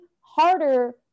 harder